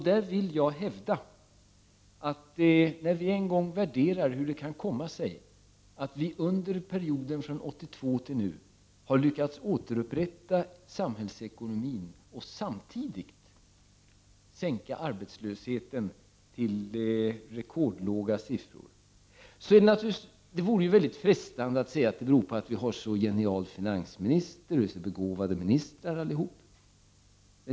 När vi en gång skall värdera hur det kan komma sig att vi under perioden från 1982 och fram till nu har lyckats återupprätta samhällsekonomin och samtidigt sänka arbetslösheten till en rekordlåg nivå, vore det mycket frestande att säga att det beror på att vi har en så genial finansminister och på att alla ministrar är så begåvade.